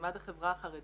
מימד החברה החרדית,